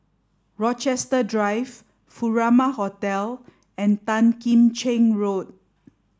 Rochester Drive Furama Hotel and Tan Kim Cheng Road